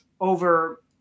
over